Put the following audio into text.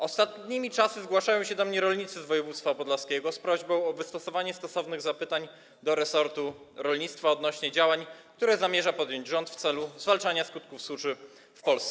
Ostatnimi czasy zgłaszają się do mnie rolnicy z województwa podlaskiego z prośbą o wystosowanie właściwych zapytań do resortu rolnictwa w sprawie działań, które zamierza podjąć rząd w celu zwalczania skutków suszy w Polsce.